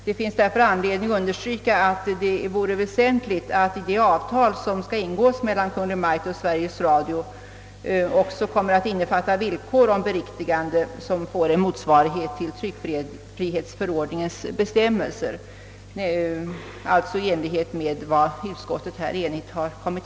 Det finns sålunda anledning understryka det väsentliga i att det i det avtal som kommer att ingås mellan Kungl. Maj:t och Sveriges Radio också införes villkor om beriktigande, som har sin motsvarighet i tryckfrihetsförordningens bestämmelser, alltså i enlighet med vad utskottet har enats om.